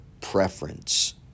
preference